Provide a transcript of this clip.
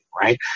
right